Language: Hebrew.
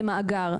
זה מאגר.